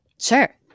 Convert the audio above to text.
Sure